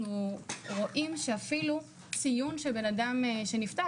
אפילו ציון של אדם שנפטר,